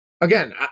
again